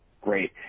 Great